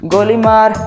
Golimar